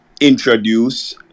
introduce